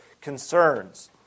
concerns